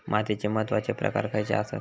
मातीचे महत्वाचे प्रकार खयचे आसत?